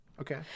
Okay